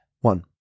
One